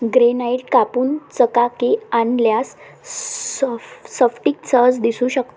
granite कापून चकाकी आणल्यास सफ स्फटिक सहज दिसू शकतो